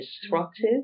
destructive